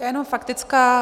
Jenom faktická.